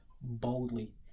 boldly